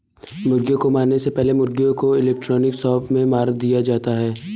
मुर्गियों को मारने से पहले मुर्गियों को इलेक्ट्रिक शॉक से मार देते हैं